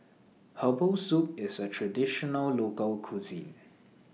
Herbal Soup IS A Traditional Local Cuisine